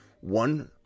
One